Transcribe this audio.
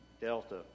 Delta